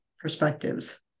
perspectives